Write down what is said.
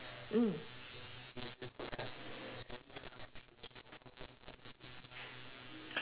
mm